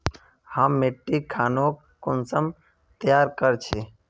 हम मिट्टी खानोक कुंसम तैयार कर छी?